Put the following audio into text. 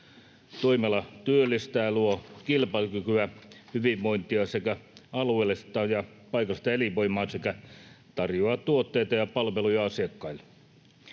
Toimiala työllistää, luo kilpailukykyä, hyvinvointia sekä alueellista ja paikallista elinvoimaa sekä tarjoaa tuotteita ja palveluja asiakkaille.